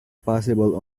possible